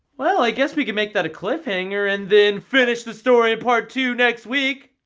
well, i guess we could make that a cliff-hanger. and then finish the story in part two next week!